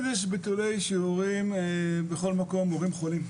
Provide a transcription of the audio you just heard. יש ביטולי שיעורים בכל מקום כי מורים חולים,